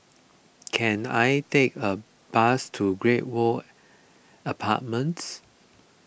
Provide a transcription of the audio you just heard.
can I take a bus to Great World Apartments